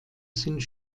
sind